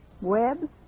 Web